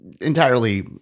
entirely